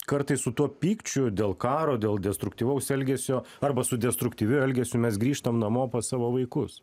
kartais su tuo pykčiu dėl karo dėl destruktyvaus elgesio arba su destruktyviu elgesiu mes grįžtam namo pas savo vaikus